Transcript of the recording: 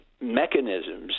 mechanisms